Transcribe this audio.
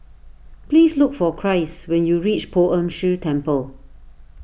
please look for Christ when you reach Poh Ern Shih Temple